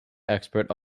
experts